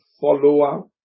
follower